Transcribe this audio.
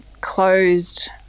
closed